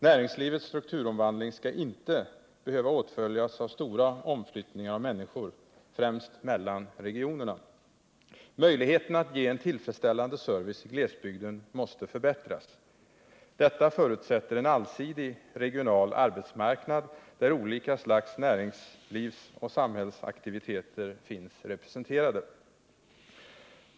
Näringslivets strukturomvandling skall inte behöva åtföljas av stora omflyttningar av människor. Detta gäller främst i vad avser omflyttningar mellan regionerna. Möjligheterna att ge en tillfredsställande service i glesbygden måste förbättras. Detta förutsätter en allsidig regional arbetsmarknad, där olika slags näringslivsoch samhällsaktiviteter finns representerade.